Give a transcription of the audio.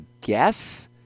guess